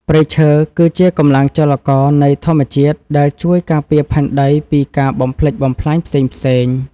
ព្រៃឈើ គឺជាកម្លាំងចលករនៃធម្មជាតិដែលជួយការពារផែនដីពីការបំផ្លិចបំផ្លាញផ្សេងៗ។